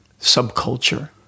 subculture